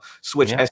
switch